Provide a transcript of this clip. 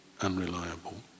unreliable